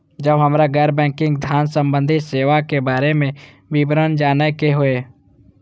जब हमरा गैर बैंकिंग धान संबंधी सेवा के बारे में विवरण जानय के होय?